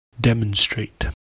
demonstrate